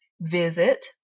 visit